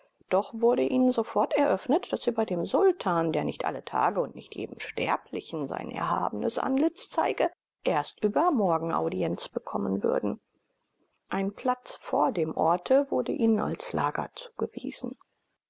doch wurde ihnen sofort eröffnet daß sie bei dem sultan der nicht alle tage und nicht jedem sterblichen sein erhabenes antlitz zeige erst übermorgen audienz bekommen würden ein platz vor dem orte wurde ihnen als lager zugewiesen